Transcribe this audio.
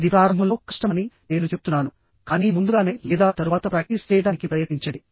ఇది ప్రారంభంలో కష్టమని నేను చెప్తున్నానుకానీ ముందుగానే లేదా తరువాత ప్రాక్టీస్ చేయడానికి ప్రయత్నించండి